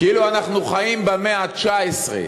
כאילו אנחנו חיים במאה ה-19.